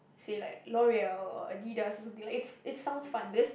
say like LOREAL or Adidas or something like it's it sounds fun because